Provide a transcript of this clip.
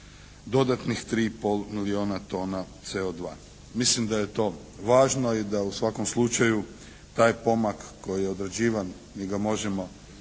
dodatnih 3 i pol milijona tona CO2. Mislim da je to važno i da u svakom slučaju taj pomak koji je određivan, mi ga možemo ocjenjivati